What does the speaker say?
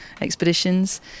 expeditions